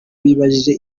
bibajije